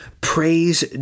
Praise